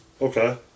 Okay